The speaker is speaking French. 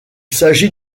s’agit